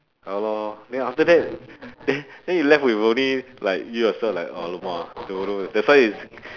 ya lor then after that then then you left with only like you yourself like !alamak! don't know that's why it's